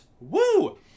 Woo